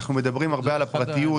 אנחנו מדברים הרבה על הפרטיות,